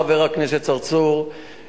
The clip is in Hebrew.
חבר הכנסת צרצור,